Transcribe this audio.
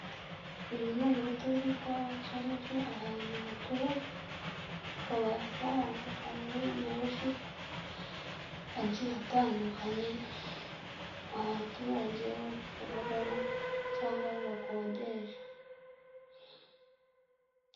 Uyu ni umuturirwa cyangwa se ahantu hatuwe, hakaba hari amazu menshi agiye atandukanye abaturage babamo cyangwa bakodesha.